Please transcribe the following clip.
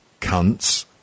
cunts